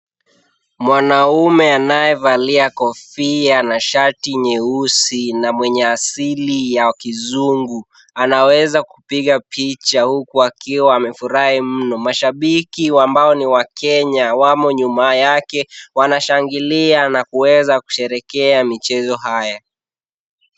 Mwanaume anayevalia kofia na shati nyeusi na mwenye asili ya kizungu, anaweza kupiga picha huku akiwa amefurahi mno. Mashabiki ambao ni wa Kenya wamo nyuma yake, wanashangilia na kuweza kusherehakea michezo haya.